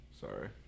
Sorry